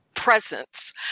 Presence